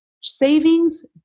savings